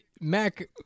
Mac